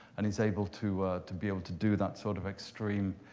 and is able to to be able to do that sort of extreme